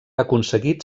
aconseguit